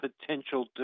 potential